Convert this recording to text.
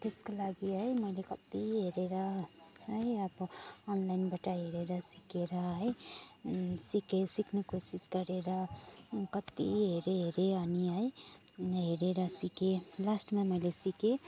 त्यसको लागि है मैले कति हेरेर है अब अनलाइनबाट हेरेर सिकेर है सिकेँ सिक्ने कोसिस गरेर कति हेरेँ हेरेँ अनि है हेरेर सिकेँ लास्टमा मैले सिकेँ